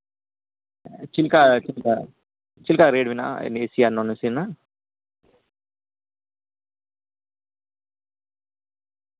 ᱪᱤᱫ ᱞᱮᱠᱟ ᱪᱤᱫᱞᱮᱠᱟ ᱨᱮᱴ ᱢᱮᱱᱟᱜᱼᱟ ᱮᱥᱤ ᱨᱮᱱᱟᱜ ᱱᱚᱱ ᱮᱥᱤ ᱨᱮᱱᱟᱜ